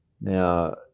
Now